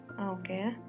Okay